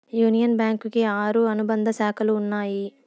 union Bank కి ఆరు అనుబంధ శాఖలు ఉన్నాయి